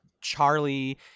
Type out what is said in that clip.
Charlie